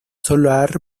solar